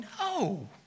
no